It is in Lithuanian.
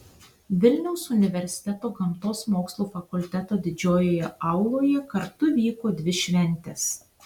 vilniaus universiteto gamtos mokslų fakulteto didžiojoje auloje kartu vyko dvi šventės